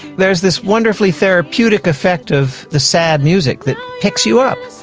there's this wonderfully therapeutic effect of the sad music that picks you up.